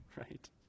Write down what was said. right